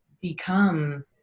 become